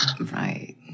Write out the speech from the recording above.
Right